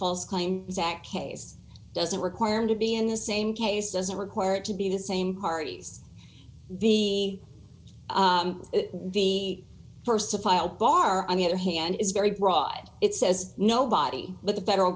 false claim that case doesn't require him to be in the same case doesn't require it to be the same parties the the st to file bar on the other hand is very broad it says nobody but the federal